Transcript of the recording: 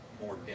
more